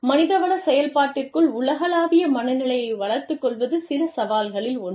மனிதவள செயல்பாட்டிற்குள் உலகளாவிய மனநிலையை வளர்த்துக் கொள்வது சில சவால்களில் ஒன்று